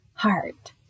heart